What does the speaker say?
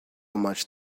much